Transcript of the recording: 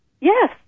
yes